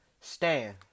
stand